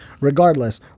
regardless